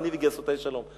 אני וגייסותי שלום'".